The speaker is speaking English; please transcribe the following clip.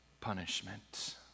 punishment